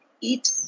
eat